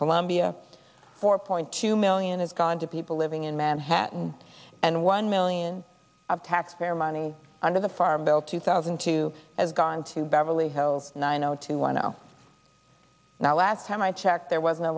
columbia four point two million has gone to people living in manhattan and one million of taxpayer money under the farm bill two thousand and two has gone to beverly hills nine zero two one zero now last time i checked there wasn't a